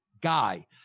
guy